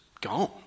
gone